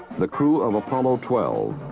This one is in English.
the crew of apollo twelve.